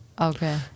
Okay